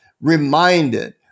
reminded